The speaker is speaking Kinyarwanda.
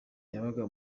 yabaga